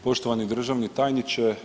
Poštovani državni tajniče.